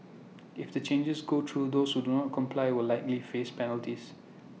if the changes go through those who do not comply will likely face penalties